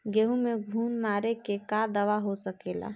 गेहूँ में घुन मारे के का दवा हो सकेला?